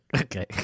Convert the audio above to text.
Okay